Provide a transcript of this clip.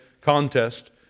contest